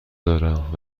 دارم